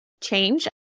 change